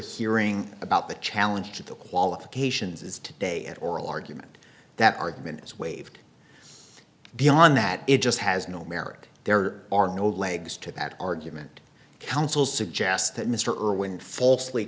hearing about the challenge to the qualifications is today at oral argument that argument is waived beyond that it just has no merit there are no legs to that argument counsel suggest that mr irwin falsely